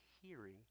hearing